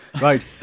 Right